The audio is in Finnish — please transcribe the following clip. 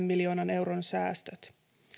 miljoonan euron säästöt